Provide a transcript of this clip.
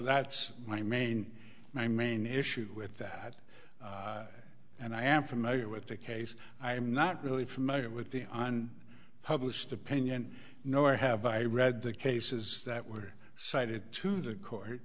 that's my main my main issue with that and i am familiar with the case i am not really familiar with the on published opinion nor have i read the cases that were cited to the court